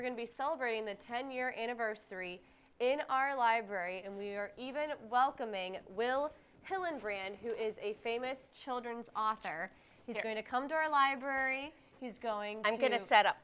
're going to be celebrating the ten year anniversary in our library and we are even it welcoming will hillenbrand who is a famous children's author we're going to come to our library he's going i'm going to set up